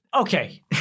Okay